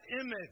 image